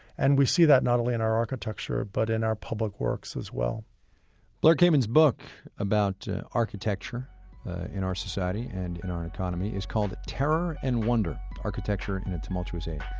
and we saw that not only in our architecture, but in our public works as well blair kamin's book about architecture in our society and in our economy is called terror and wonder architecture in a tumultuous age.